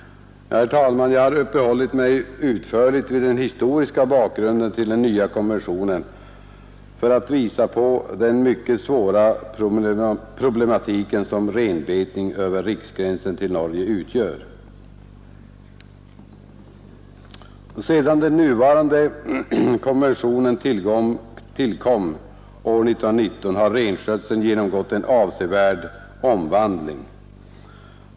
Herr talman! Jag har uppehållit mig utförligt vid den historiska bakgrunden till den nya konventionen för att visa på den mycket svåra problematik som renbetning över riksgränsen till Norge utgör. Sedan den nuvarande konventionen tillkom år 1919 har renskötseln genomgått en avsevärd omvandling.